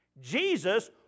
Jesus